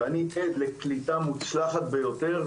ואני עד לקליטה מוצלחת ביותר,